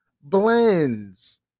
Blends